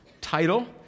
title